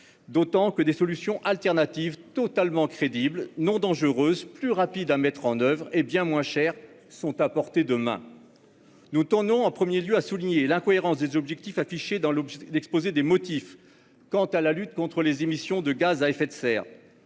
d'autant que des solutions alternatives totalement crédibles, non dangereuses, plus rapides à mettre en oeuvre et bien moins chères sont à portée de main. Nous tenons en premier lieu à souligner l'incohérence de l'objectif affiché dans l'exposé des motifs quant à la lutte contre les émissions de gaz à effet de serre.